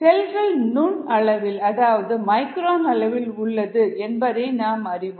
செல்கள் நுண்அளவில் அதாவது மைக்ரான் அளவில் உள்ளது என்பதை நாம் அறிவோம்